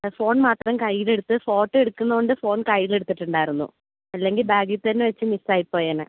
phone മാത്രം കയ്യിൽ എടുത്ത് ഫോട്ടോ എടുക്കുന്നതുകൊണ്ട് ഫോൺ കയ്യിൽ എടുത്തിട്ടുണ്ടായിരുന്നു ഇല്ലെങ്കിൽ ബാഗിൽ തന്നെ വെച്ചു മിസ്സ് ആയിപ്പോയേനെ